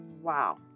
Wow